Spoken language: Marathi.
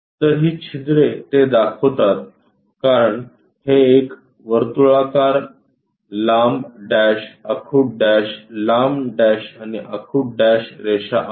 तर ही छिद्रे ते दाखवतात कारण हे एक वर्तुळाकार लांब डॅश आखुड डॅश लांब डॅश आणि आखुड डॅश रेषा आहेत